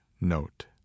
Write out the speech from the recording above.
note